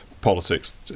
politics